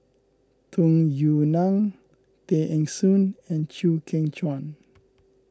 Tung Yue Nang Tay Eng Soon and Chew Kheng Chuan